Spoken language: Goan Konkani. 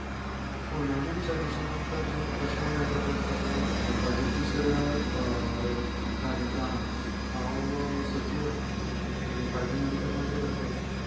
पुर्णांनंद च्यारीच्या नंतर जेन्ना प्रशांत नायक अध्यक्ष जालो ताच्या दुसऱ्या कार्यकाळांत हांव सचीव आशिल्लो आनी ताजे नंतर मागीर अध्यक्ष जालो